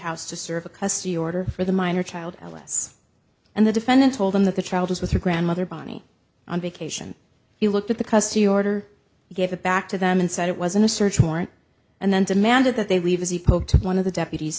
house to serve a custody order for the minor child alice and the defendant told them that the child was with her grandmother bonnie on vacation he looked at the custody order gave it back to them and said it wasn't a search warrant and then demanded that they leave as he poked one of the deputies